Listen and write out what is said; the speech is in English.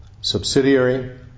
subsidiary